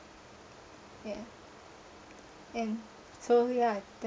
yeah and so ya